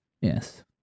Yes